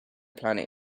planet